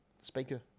Speaker